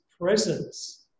presence